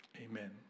Amen